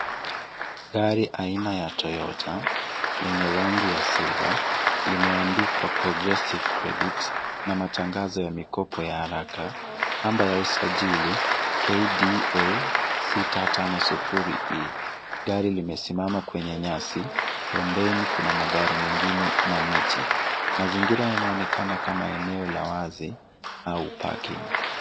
Gari aina ya Toyota, lenye rangi ya silver limeandikwa progressive credit na matangazo ya mikopo ya haraka, namba ya usajili KDA 650E. Gari limesimama kwenye nyasi, pembeni kuna magari mengine na miti. Mazingira yanaonekana kama eneo la wazi au parking .